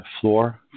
floor